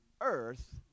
earth